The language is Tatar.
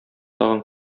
тагын